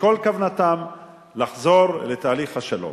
שכל כוונתם לחזור לתהליך השלום.